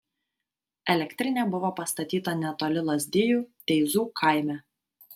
elektrinė buvo pastatyta netoli lazdijų teizų kaime